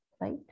right